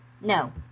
No